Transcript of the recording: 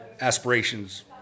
aspirations